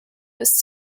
ist